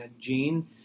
gene